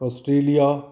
Australia